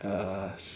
uh s~